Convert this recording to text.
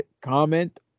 comment